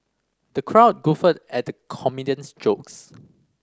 the crowd guffawed at the comedian's jokes